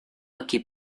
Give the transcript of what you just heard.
aquí